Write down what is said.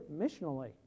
missionally